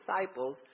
disciples